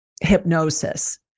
hypnosis